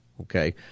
okay